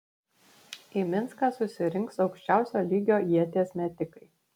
į minską susirinks aukščiausio lygio ieties metikai